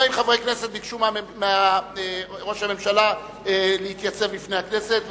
40 חברי כנסת ביקשו מראש הממשלה להתייצב בפני הכנסת,